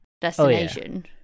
destination